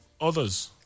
others